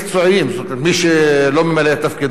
זאת אומרת, מי שלא ממלא את תפקידו, בבקשה.